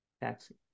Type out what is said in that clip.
Taxi